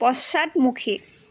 পশ্চাদমুখী